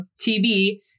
TB